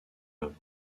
œuvres